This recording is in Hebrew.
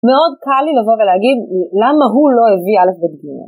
מאוד קל לי לבוא ולהגיד למה הוא לא הביא א׳ ב׳ ג׳.